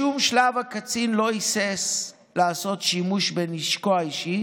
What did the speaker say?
בשום שלב הקצין לא היסס לעשות שימוש בנשקו האישי